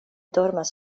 dormas